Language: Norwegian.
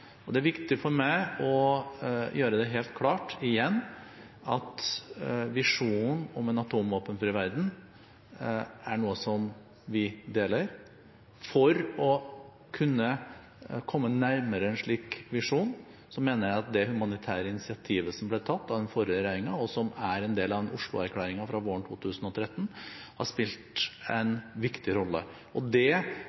Det er viktig for meg å gjøre det helt klart igjen at visjonen om en atomvåpenfri verden er noe som vi deler. For å kunne komme nærmere en slik visjon, mener jeg at det humanitære initiativet som ble tatt av den forrige regjeringen, og som er en del av Oslo-erklæringen fra våren 2013, har spilt en viktig rolle. Det